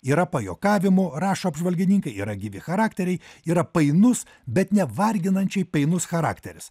yra pajuokavimų rašo apžvalgininkai yra gyvi charakteriai yra painus bet nevarginančiai painus charakteris